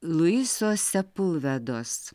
luiso sepulvedos